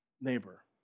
neighbor